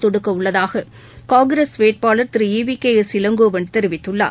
தொடுக்க உள்ளதாக காங்கிரஸ் வேட்பாளர் திரு E V K S Elangovan தெரிவித்குள்ளார்